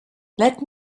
let